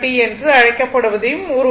என்று அழைக்கப்படுவதையும் உருவாக்கும்